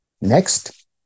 next